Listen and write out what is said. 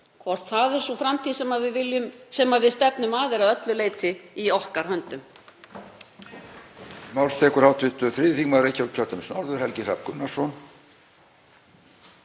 Hvort það er sú framtíð sem við stefnum að er að öllu leyti í okkar höndum.